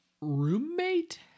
roommate